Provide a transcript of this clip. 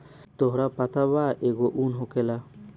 तोहरा पता बा एगो उन होखेला